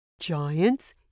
Giants